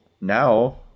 now